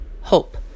hope